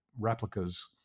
replicas